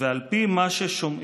ועל פי מה ששומעים,